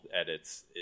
edits